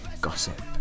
gossip